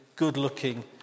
good-looking